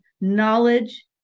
knowledge